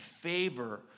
favor